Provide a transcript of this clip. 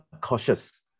cautious